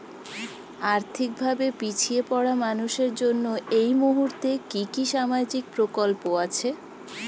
আর্থিক ভাবে পিছিয়ে পড়া মানুষের জন্য এই মুহূর্তে কি কি সামাজিক প্রকল্প আছে?